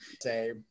say